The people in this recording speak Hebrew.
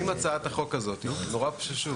נורא פשוט,